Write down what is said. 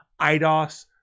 IDOS